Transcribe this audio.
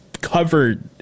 covered